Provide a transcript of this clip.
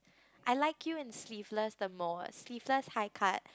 I like you in sleeveless the most sleeveless high cut